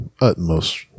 utmost